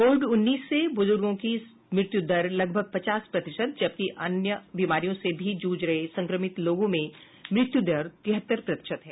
Covid उन्नीस से बुजुर्गो की मृत्यू दर लगभग पचास प्रतिशत जबकि अन्य बीमारियों से भी जूझ रहे संक्रमित लोगों में मृत्यु दर तिहत्तर प्रतिशत है